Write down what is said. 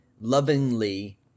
lovingly